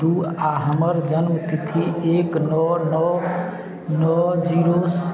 दू आओर हमर जन्मतिथि एक नओ नओ नओ जीरो